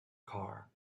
car